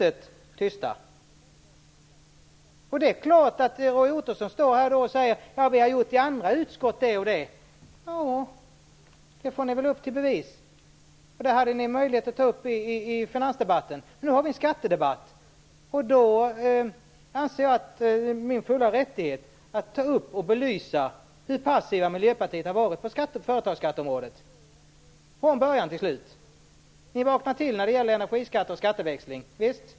Ni har suttit tysta. Då säger Roy Ottosson: I andra utskott har vi gjort det och det. Upp till bevis! Det där hade ni möjlighet att ta upp i finansdebatten, men nu har vi en skattedebatt. Då anser jag att jag har min fulla rättighet att ta upp och belysa hur passivt Miljöpartiet har varit på företagsskatteområdet från början till slut. Ni vaknar till när det gäller energiskatter och skatteväxling.